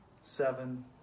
seven